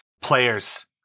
Players